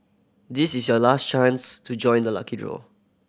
this is your last chance to join the lucky draw